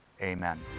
amen